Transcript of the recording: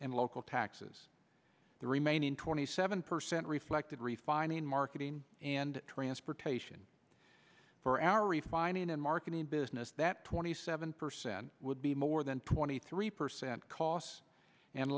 and local taxes the remaining twenty seven percent reflected refining marketing and transportation for our refining and marketing business that twenty seven percent would be more than twenty three percent costs and